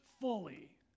fully